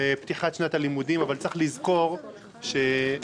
פתיחת שנת הלימודים, אבל צריך לזכור שמה